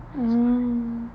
mm